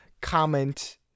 comment